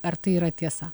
ar tai yra tiesa